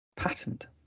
patent